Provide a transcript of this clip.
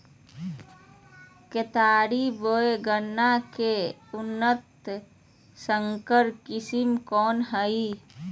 केतारी बोया गन्ना के उन्नत संकर किस्म कौन है?